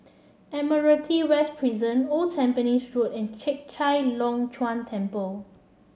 Admiralty West Prison Old Tampines Road and Chek Chai Long Chuen Temple